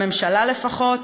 בממשלה לפחות,